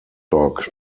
dock